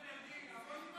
זהו.